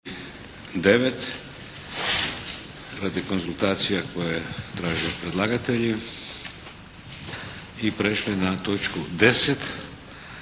9. radi konzultacija koje traže predlagatelji. I prešli na točku 10.